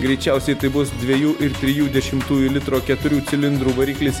greičiausiai tai bus dviejų ir trijų dešimtųjų litro keturių cilindrų variklis